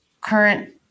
current